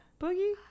boogie